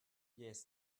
yes